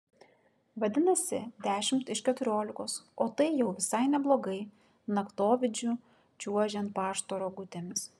vadinasi dešimt iš keturiolikos o tai jau visai neblogai naktovidžiu čiuožiant pašto rogutėmis